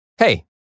Hey